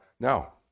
Now